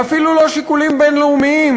ואפילו לא שיקולים בין-לאומיים,